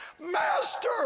Master